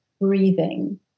breathing